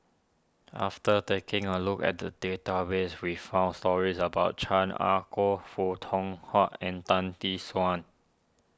after taking a look at the database we found stories about Chan Ah Kow Foo Tong and Tan Tee Suan